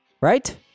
Right